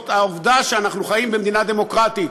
העובדה שאנחנו חיים במדינה דמוקרטית,